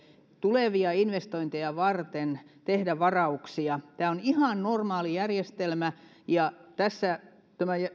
tulevia investointeja varten tehdä varauksia tämä on ihan normaali järjestelmä ja tässä tämä